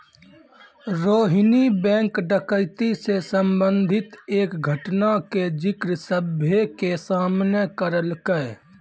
Rohini bank डकैती से संबंधित एक घटना के जिक्र सभ्भे के सामने करलकै